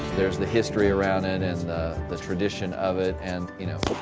there is the history around it and the the tradition of it and you know,